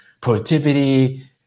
productivity